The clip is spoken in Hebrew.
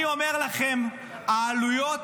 אני אומר לכם, העלויות